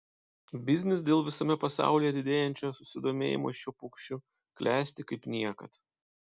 biznis dėl visame pasaulyje didėjančio susidomėjimo šiuo paukščiu klesti kaip niekad